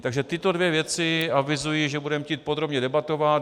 Takže tyto dvě věci avizuji, že budeme chtít podrobně debatovat.